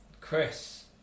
Chris